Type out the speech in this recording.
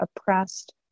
oppressed